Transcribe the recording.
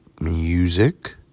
Music